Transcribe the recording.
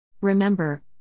Remember